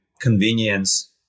convenience